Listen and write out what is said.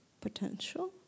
potential